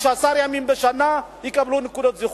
15 ימים בשנה יקבלו נקודות זכות.